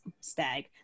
Stag